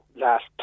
Last